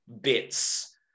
bits